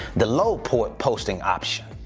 the low port posting option.